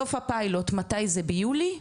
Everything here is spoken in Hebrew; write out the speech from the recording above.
סוף הפיילוט מתי זה ביולי?